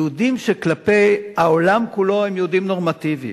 יהודים שכלפי העולם כולו הם יהודים נורמטיביים,